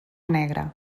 negra